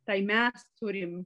tai mes turim